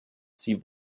sie